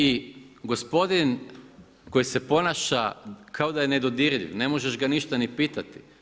I gospodin koji se ponaša kao da je nedodirljiv, ne možeš ga ništa ni pitati.